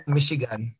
Michigan